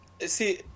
see